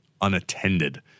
unattended